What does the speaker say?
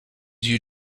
you